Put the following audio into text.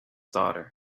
daughter